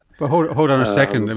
but hold hold on a second, and